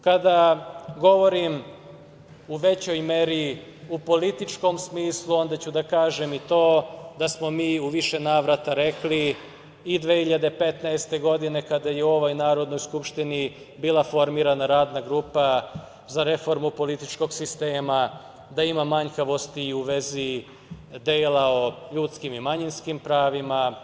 Kada govorim u većoj meri u političkom smislu, onda ću da kažem i to da smo mi u više navrata rekli i 2015. godine, kada je u ovoj Narodnoj skupštini bila formirana Radna grupa za reformu političkog sistema, da ima manjkavosti i u vezi dela o ljudskim i manjinskim pravima.